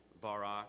Barak